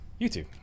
YouTube